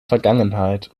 vergangenheit